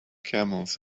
camels